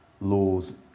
law's